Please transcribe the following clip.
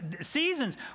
seasons